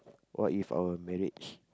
what if our marriage